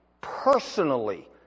personally